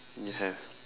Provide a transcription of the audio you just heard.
no have